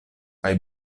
kaj